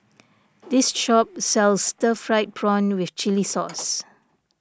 this shop sells Stir Fried Prawn with Chili Sauce